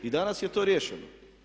I danas je to riješeno.